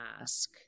ask